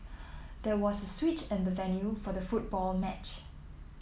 there was a switch in the venue for the football match